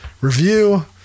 review